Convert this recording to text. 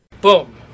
Boom